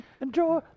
enjoy